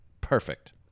perfect